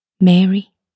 Mary